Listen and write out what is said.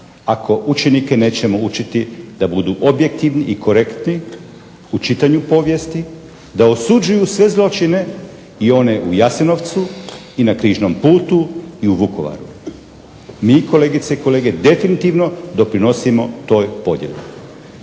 ako učenike nećemo učiti da budu objektivni i korektni u čitanju povijesti, da osuđuju sve zločine i one u Jasenovcu, i na križnom putu i u Vukovaru. Mi kolegice i kolege definitivno doprinosimo toj podjeli.